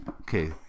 Okay